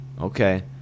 okay